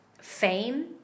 fame